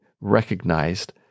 recognized